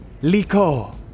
Liko